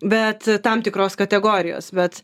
bet tam tikros kategorijos bet